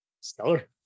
Stellar